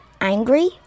angry